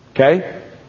Okay